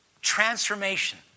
Transformation